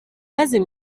maze